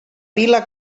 vila